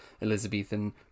Elizabethan